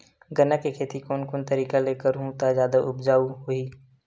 गन्ना के खेती कोन कोन तरीका ले करहु त जादा उपजाऊ होही?